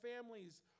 families